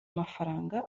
amafaranga